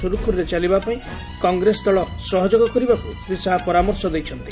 ସୁରୁଖୁରୁରେ ଚାଲିବାପାଇଁ କଂଗ୍ରେସ ଦଳ ସହଯୋଗ କରିବାକୁ ଶ୍ରୀ ଶାହା ପରାମର୍ଶ ଦେଇଛନ୍ତି